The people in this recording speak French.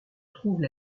trouvent